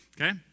Okay